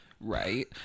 Right